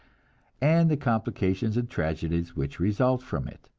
and the complications and tragedies which result from it.